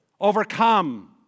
overcome